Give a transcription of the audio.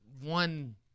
one